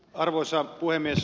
arvoisa puhemies